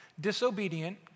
disobedient